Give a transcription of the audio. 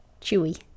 Chewy